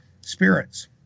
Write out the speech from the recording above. spirits